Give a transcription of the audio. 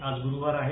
आज गुरुवार आहे